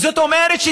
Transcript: זאת אומרת,